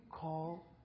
call